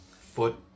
foot